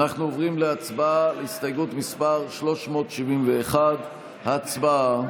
אנחנו עוברים להצבעה על הסתייגות מס' 371. הצבעה.